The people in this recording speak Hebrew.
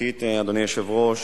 ראשית, אדוני היושב-ראש,